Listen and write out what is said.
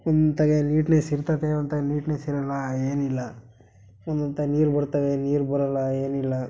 ಎಂಥಕೆ ಅಲ್ಲಿ ನೀಟ್ನೆಸ್ ಇರ್ತತೆ ಒಂಥರ ನೀಟ್ನೆಸ್ ಇರೋಲ್ಲ ಏನಿಲ್ಲ ಒನ್ನೊಂತವ ನೀರು ಬರ್ತವೆ ನೀರು ಬರೋಲ್ಲ ಏನಿಲ್ಲ